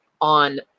on